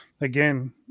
again